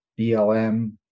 BLM